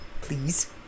please